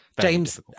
James